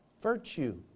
Virtue